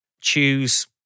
Choose